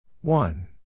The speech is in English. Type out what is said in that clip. One